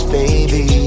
baby